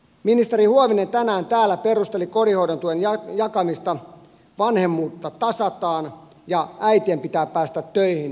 ministeri huovinen tänään täällä perusteli kotihoidon tuen jakamista vanhemmuutta tasataan ja äitien pitää päästä töihin retoriikalla